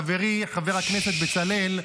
חברי חבר הכנסת בצלאל,